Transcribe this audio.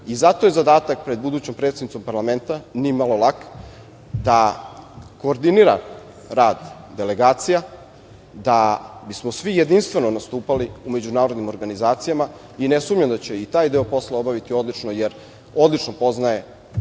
je zadatak pred budućom predsednicom parlamenta, ni malo lak, da koordinira rad delegacija da bi smo svi jedinstveno nastupali u međunarodnim organizacijama i ne sumnjam da će i taj deo posla obaviti odlično jer odlično poznaje